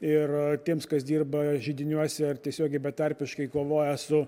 ir tiems kas dirba židiniuose ar tiesiogiai betarpiškai kovoja su